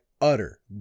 utter